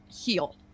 heal